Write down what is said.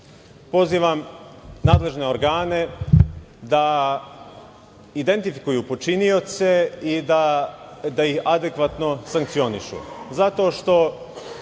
Pozivam nadležne organe da identifikuju počinioce i da ih adekvatno sankcionišu